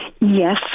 Yes